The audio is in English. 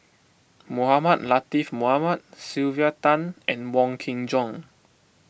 Mohamed Latiff Mohamed Sylvia Tan and Wong Kin Jong